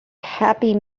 happy